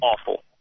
Awful